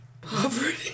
Poverty